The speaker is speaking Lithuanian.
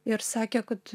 ir sakė kad